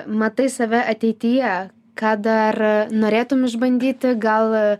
matai save ateityje ką dar norėtum išbandyti gal